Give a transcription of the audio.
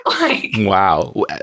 Wow